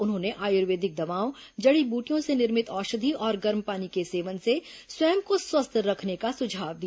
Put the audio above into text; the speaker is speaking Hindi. उन्होंने आयुर्वेदिक दवाओं जड़ी बूटियों से निर्मित औषधि और गर्म पानी के सेवन से स्वयं को स्वस्थ रखने का सुझाव दिया